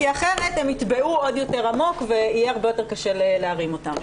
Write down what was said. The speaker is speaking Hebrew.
כי אחרת הם יטבעו עוד יותר עמוק ויהיה הרבה יותר קשה להרים אותם.